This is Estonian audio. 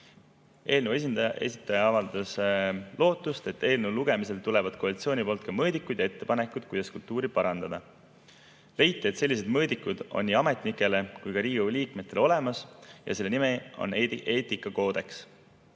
esindaja avaldas lootust, et eelnõu lugemisel tulevad koalitsiooni poolt mõõdikud ja ettepanekud, kuidas kultuuri parandada. Leiti, et sellised mõõdikud on nii ametnikele kui ka Riigikogu liikmetele olemas, ja selle nimi on eetikakoodeks.